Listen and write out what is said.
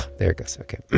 there it goes. ok.